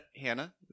Hannah